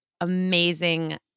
amazing